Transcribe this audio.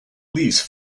lease